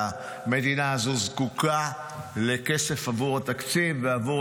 והמדינה הזו זקוקה לכסף עבור התקציב ועבור